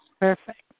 Perfect